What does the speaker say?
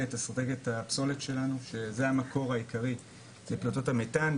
את אסטרטגיית הפסולת שלנו שזה המקור העיקרי לפליטות המתאן,